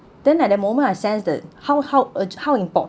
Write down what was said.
then at that moment I sense that how how urg~ how important